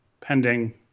pending